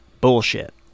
Bullshit